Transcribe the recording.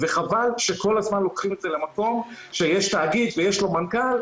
וחבל שכל הזמן לוקחים את זה למקום שיש תאגיד ויש לו מנכ"ל,